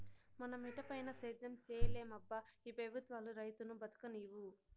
మన మిటపైన సేద్యం సేయలేమబ్బా ఈ పెబుత్వాలు రైతును బతుకనీవు